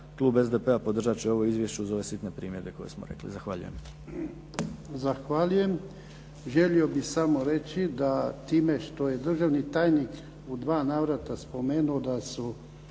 Klub SDP-a podržati će ovo izvješće uz ove sitne primjedbe koje smo rekli. Zahvaljujem.